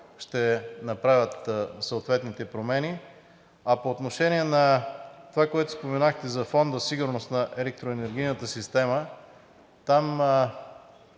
ще направят съответните промени. По отношение на това, което споменахте за Фонд „Сигурност на електроенергийната система“ – там